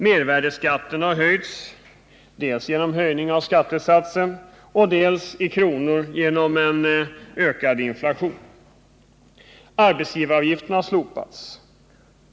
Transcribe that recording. Mervär deskatten har höjts, dels genom höjning av skattesatsen, dels i kronor genom ökad inflation. Arbetsgivaravgifterna har slopats.